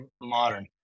modern